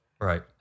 Right